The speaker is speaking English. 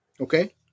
Okay